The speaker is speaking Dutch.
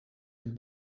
het